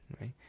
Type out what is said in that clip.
right